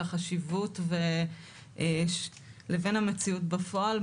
החשיבות ולבין המציאות בפועל.